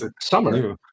summer